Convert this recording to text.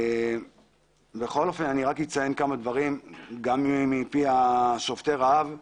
אני אציין כמה דברים גם מפי שובתי הרעב.